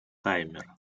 таймер